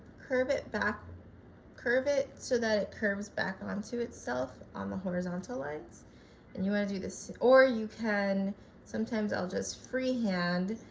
curve it back curve it so that it curves back onto itself on the horizontal lines and you want to do this or you can sometimes i'll just free hand